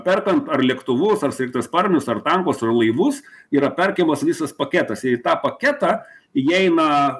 perkant ar lėktuvus ar sraigtasparnius ar tankus laivus yra perkamos visas paketas ir į tą paketą įeina